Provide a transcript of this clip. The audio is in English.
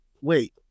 Wait